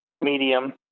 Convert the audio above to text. medium